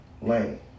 lane